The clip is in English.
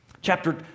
Chapter